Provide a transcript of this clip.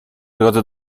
drodze